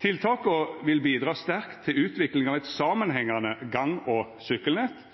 Tiltaka vil bidra sterkt til utvikling av eit samanhengande gang- og sykkelnett,